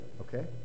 okay